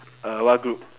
uh what group